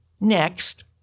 Next